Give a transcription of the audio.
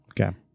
Okay